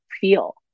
feel